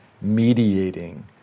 mediating